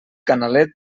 canalet